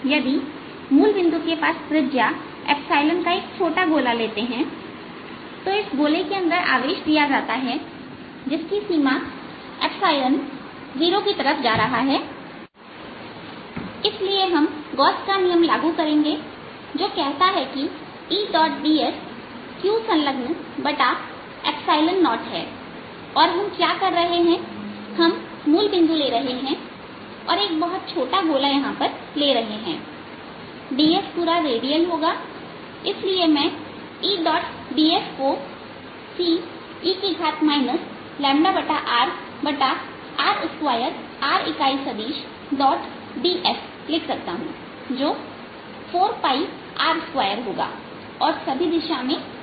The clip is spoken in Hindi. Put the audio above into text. यदि हम मूल बिंदु के पास त्रिज्या का एक छोटा गोला लेते हैं तो इस गोले के अंदर आवेश दिया जाता है जिसकी सीमा है 0 इसलिए हम गौस का नियम लागू करेंगे जो कहता है कि Eds Qसंलग्न0है और हम क्या कर रहे हैं कि हम मूल ले रहे हैं और एक बहुत छोटा गोला यहां पर ले रहे हैं ds पूरा रेडियल होगा इसलिए मैं Eds कोce r r2rइकाई सदिशds लिख सकता हूं जो 4r2होगा और सभी दिशा में रेडियल होगा